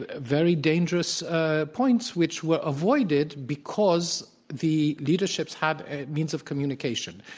ah very dangerous points, which were avoided because the leaderships had a means of communication.